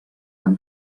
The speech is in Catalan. van